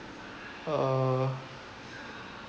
uh